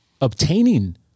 obtaining